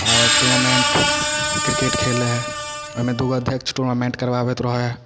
आओर tournament cricket खेलै हइ एहिमे दूगो अध्यक्ष टूर्नामेन्ट करबाबैत रहै हइ